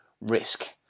risk